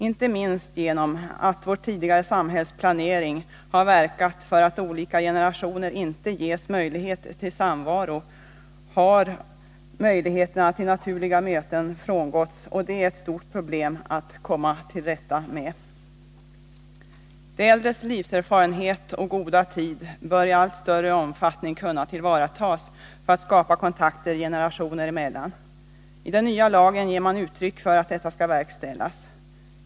Inte minst genom att vår tidigare samhällsplanering har verkat för att olika generationer inte ges möjlighet till samvaro, har möjligheterna till naturliga möten försvunnit, och det är ett stort problem att komma till rätta med. Att de äldre har livserfarenhet och gott om tid bör i allt större omfattning kunna tillvaratas för att skapa kontakter generationer emellan. I den nya lagen ger man uttryck för att detta skall verkställas.